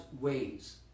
ways